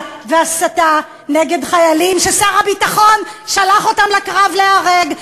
והסתה נגד חיילים ששר הביטחון שלח אותם לקרב להיהרג,